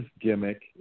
gimmick